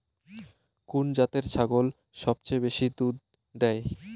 কুন জাতের ছাগল সবচেয়ে বেশি দুধ দেয়?